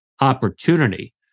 opportunity